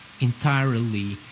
entirely